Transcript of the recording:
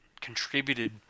contributed